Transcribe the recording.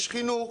יש חינוך,